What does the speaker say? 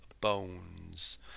Bones